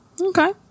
Okay